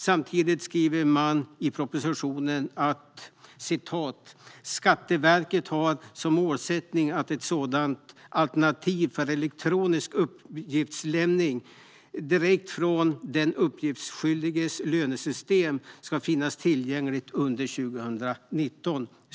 Samtidigt skriver man i propositionen att "Skatteverket har som målsättning att ett sådant alternativ" - alltså elektronisk uppgiftsinlämning direkt från den uppgiftsskyldiges lönesystem - "ska finnas tillgängligt under 2019".